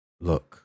Look